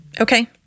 Okay